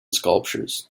sculptures